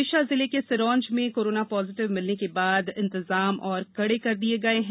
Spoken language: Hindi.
विदिशा जिले में सिरोंज में कोरोना पॉजीटिव मिलने के बाद इंतजाम और कड़े कर दिये गये हैं